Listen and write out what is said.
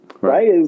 Right